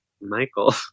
michael